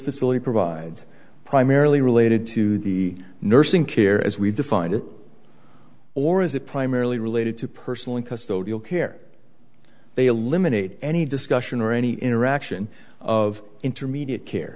facility provides primarily related to the nursing care as we've defined it or is it primarily related to personally because the real care they eliminate any discussion or any interaction of intermediate care